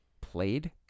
played